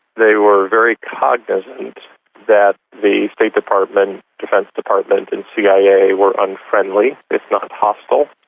they were very cognisant that the state department, defence department, and cia were unfriendly, if not hostile.